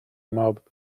mob